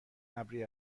ابری